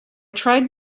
tried